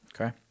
Okay